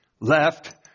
Left